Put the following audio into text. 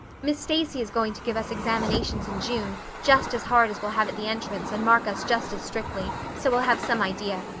miss stacy is going to give us examinations in june just as hard as we'll have at the entrance and mark us just as strictly, so we'll have some idea.